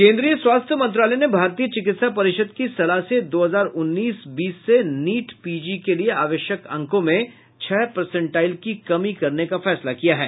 केन्द्रीय स्वास्थ्य मंत्रालय ने भारतीय चिकित्सा परिषद की सलाह से दो हजार उन्नीस बीस से नीट पीजी के लिए आवश्यक अंकों में छह पर्सेटाइल की कमी करने का फैसला किया है